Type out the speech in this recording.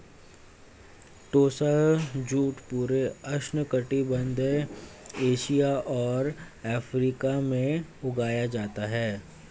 टोसा jute पूरे उष्णकटिबंधीय Asia और अफ्रीका में उगाया जाता है